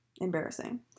Embarrassing